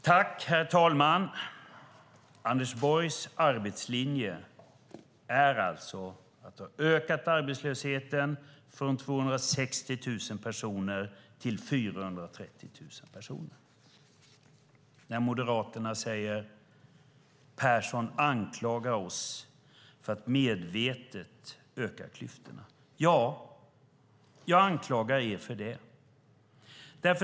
Herr talman! Anders Borgs arbetslinje är alltså att ha ökat arbetslösheten från 260 000 personer till 430 000 personer. Moderaterna säger: Persson anklagar oss för att medvetet öka klyftorna. Ja, jag anklagar er för det.